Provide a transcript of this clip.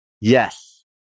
Yes